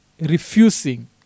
refusing